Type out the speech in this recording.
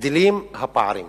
גדלים הפערים